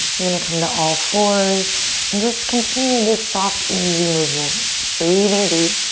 we're gonna come to all fours and just continue this soft, easy movement. breathing deep.